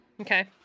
Okay